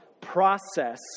process